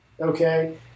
okay